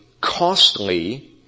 costly